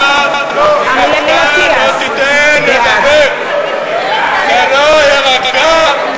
בעד ישראל אייכלר,